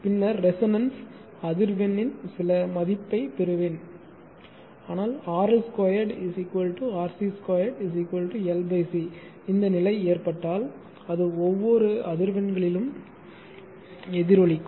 பின்னர் ரெசோனன்ஸ் அதிர்வெண்ணின் சில மதிப்பைப் பெறுவேன் ஆனால் RL 2 RC 2 L C இந்த நிலை ஏற்பட்டால் அது ஒவ்வொரு அதிர்வெண்களிலும் எதிரொலிக்கும்